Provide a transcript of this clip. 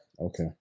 Okay